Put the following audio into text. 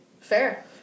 Fair